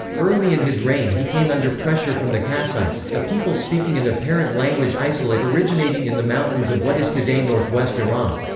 early in his reign he came under pressure from the kassites, a people speaking an apparent language isolate originating in the mountains of what is today northwest iran.